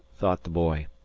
thought the boy.